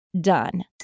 done